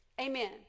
Amen